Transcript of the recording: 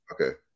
okay